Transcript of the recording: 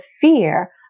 fear